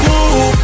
move